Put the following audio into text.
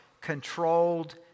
controlled